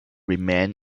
remain